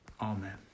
Amen